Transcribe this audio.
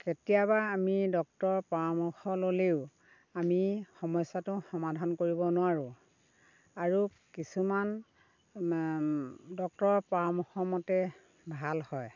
কেতিয়াবা আমি ডক্টৰৰ পৰামৰ্শ ল'লেও আমি সমস্যাটো সমাধান কৰিব নোৱাৰোঁ আৰু কিছুমান ডক্টৰৰ পৰামৰ্শ মতে ভাল হয়